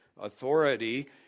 authority